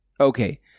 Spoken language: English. Okay